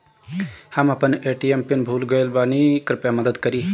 हम अपन ATM pin भूल गएल बानी, कृपया मदद करीं